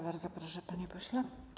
Bardzo proszę, panie pośle.